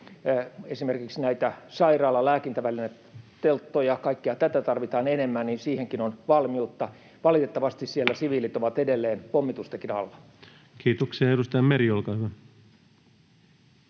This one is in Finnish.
esimerkiksi näitä sairaala-, lääkintävälinetelttoja, kaikkea tätä tarvitaan enemmän, niin siihenkin on valmiutta. Valitettavasti siellä siviilit ovat edelleen pommitustenkin alla. [Speech 82] Speaker: Ensimmäinen